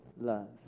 love